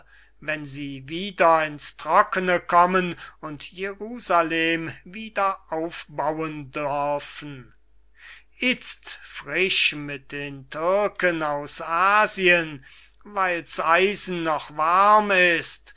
wenn sie wieder in's trockene kommen und jerusalem wieder aufbauen dörfen itzt frisch mit den türken aus asien weil's eisen noch warm ist